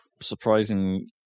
surprising